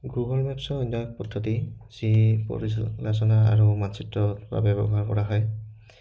Google মেপছৰ অন্য এক পদ্ধতি যি পৰিচলনা আৰু মানচিত্ৰৰ বাবে ব্যৱহাৰ কৰা হয়